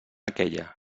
aquella